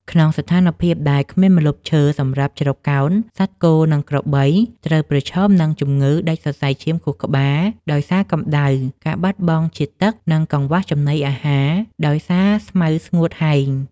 ក្នុងស្ថានភាពដែលគ្មានម្លប់ឈើសម្រាប់ជ្រកកោន សត្វគោ និងក្របីត្រូវប្រឈមនឹងជំងឺដាច់សរសៃឈាមខួរក្បាលដោយសារកម្ដៅ ការបាត់បង់ជាតិទឹក និងកង្វះចំណីអាហារដោយសារស្មៅស្ងួតហែង។